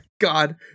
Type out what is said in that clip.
God